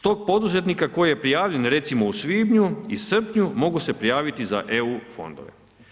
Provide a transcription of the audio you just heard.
Tog poduzetnika koji je prijavljen recimo u svibnju i srpnju mogu se prijaviti za eu fondove.